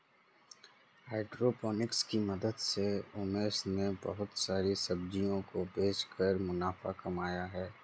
hydroponics की मदद से उमेश ने बहुत सारी सब्जियों को बेचकर मुनाफा कमाया है